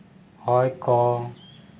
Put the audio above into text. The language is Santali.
ᱦᱚᱭ ᱠᱚ